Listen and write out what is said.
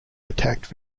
attacked